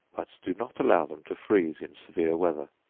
but do not allow them to freeze in severe weather,